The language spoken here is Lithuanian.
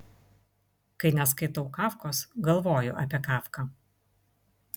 kai neskaitau kafkos galvoju apie kafką